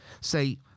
say